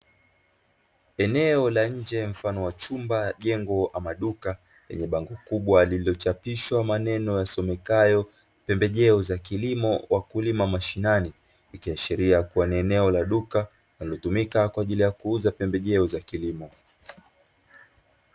Eneo la nje mfano wa chumba jengo ama duka yenye bango kubwa lililochapishwa maneno yasomekayo pembejeo za kilimo wakulima mashinani ikiashiria kuwa ni eneo la duka na linatumika kwa ajili ya kuuza pembejeo za kilimo.